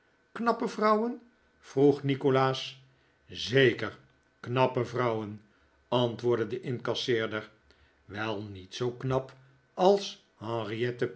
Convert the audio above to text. knappe vrouwen vroeg nikolaas zeker knappe vrouwen antwoordde de incasseerder wel niet zoo knap als